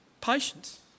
Patience